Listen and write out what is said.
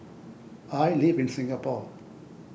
I live in Singapore